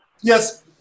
Yes